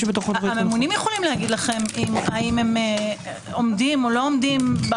הממונים יכולים לומר לכם האם הם עומדים או לא עומדים.